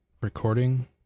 recording